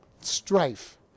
strife